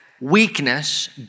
weakness